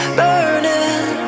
burning